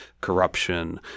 corruption